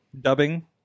dubbing